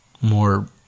more